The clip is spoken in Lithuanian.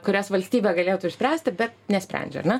kurias valstybė galėtų išspręsti bet nesprendžia ar ne